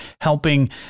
helping